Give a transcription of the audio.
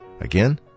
Again